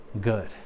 good